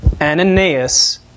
Ananias